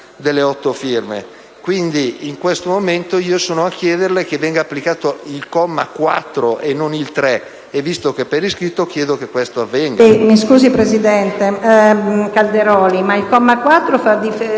Mi scusi, presidente Calderoli, ma il comma 4 fa riferimento